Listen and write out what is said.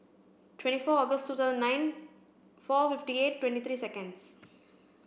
twenty four August two thousand nine four fifty eight twenty three seconds